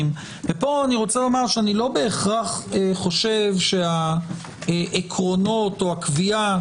ופה אני רוצה לומר שאני לא בהכרח חושב שהעקרונות או הקביעה